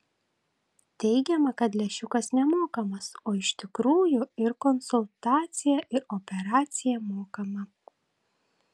teigiama kad lęšiukas nemokamas o iš tikrųjų ir konsultacija ir operacija mokama